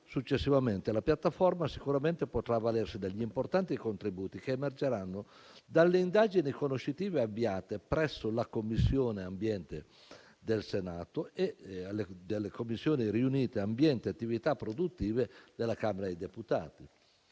la piattaforma sicuramente potrà avvalersi degli importanti contributi che emergeranno dalle indagini conoscitive avviate presso la Commissione ambiente del Senato e dalle Commissioni riunite ambiente e attività produttive della Camera dei deputati.